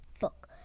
book